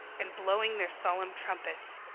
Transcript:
and blowing their solemn trumpets.